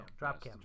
Dropcam